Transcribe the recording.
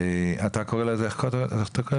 איך קראת לזה?